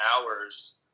hours